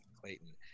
Clayton